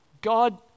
God